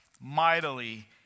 mightily